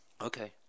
Okay